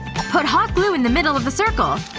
put hot glue in the middle of the circle.